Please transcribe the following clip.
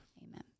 Amen